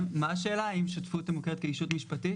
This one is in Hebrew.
השאלה, האם שותפות מוכרת כישות משפטית?